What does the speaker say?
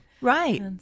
Right